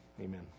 amen